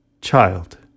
child